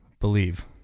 believe